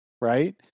Right